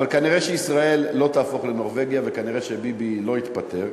אבל כנראה ישראל לא תהפוך לנורבגיה וכנראה ביבי לא יתפטר.